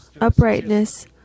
uprightness